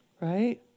Right